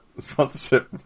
sponsorship